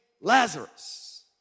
Lazarus